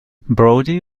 brody